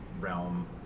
realm